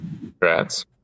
Congrats